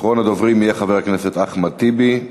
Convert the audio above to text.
אחרון הדוברים יהיה חבר הכנסת אחמד טיבי,